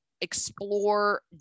explore